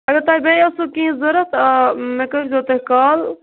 اَگر تۄہہِ بیٚیہِ اوسوٕ کیٚنٛہہ ضروٗرت آ مےٚ کٔرۍزیٚو تُہۍ کال